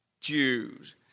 Jews